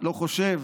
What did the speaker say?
לא חושב,